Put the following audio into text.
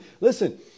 Listen